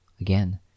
Again